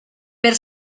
per